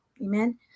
amen